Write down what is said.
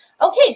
Okay